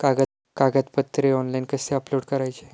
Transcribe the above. कागदपत्रे ऑनलाइन कसे अपलोड करायचे?